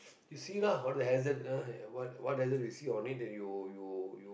you see lah what the hazard ah what hazard you see or need that you you you